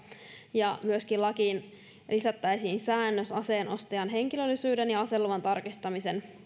ja lakiin myöskin lisättäisiin säännös aseen ostajan henkilöllisyyden ja aseluvan tarkistamisesta